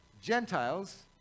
Gentiles